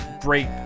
great